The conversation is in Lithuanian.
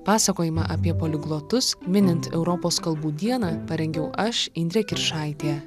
pasakojimą apie poliglotus minint europos kalbų dieną parengiau aš indrė kiršaitė